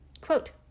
Quote